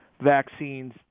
vaccines